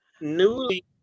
newly